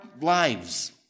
lives